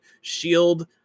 shield